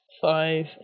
Five